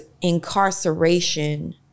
incarceration